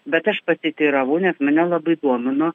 bet aš pasiteiravau nes mane labai domino